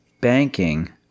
banking